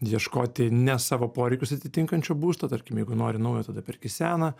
ieškoti ne savo poreikius atitinkančio būsto tarkim jeigu nori naujo tada perki seną